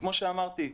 כמו שאמרתי,